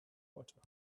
water